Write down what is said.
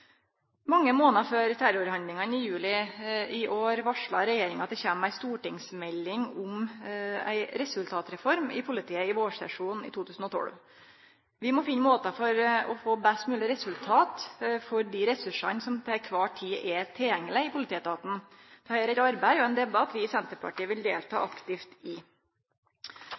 Mange månader før terrorhandlingane i juli i år varsla regjeringa at det kjem ei stortingsmelding om ei resultatreform i politiet i vårsesjonen i 2012. Vi må finne måtar å få best mogleg resultat på for dei ressursane som til kvar tid er tilgjengelege i politietaten. Dette er eit arbeid og ein debatt vi i Senterpartiet vil delta aktivt i.